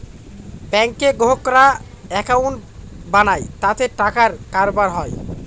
ব্যাঙ্কে গ্রাহকরা একাউন্ট বানায় তাতে টাকার কারবার হয়